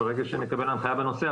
ברגע שנקבל הנחיה בנושא.